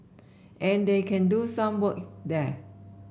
and they can do some work there